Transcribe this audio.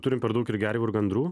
turim per daug ir gervių ir gandrų